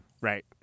right